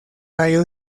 tallo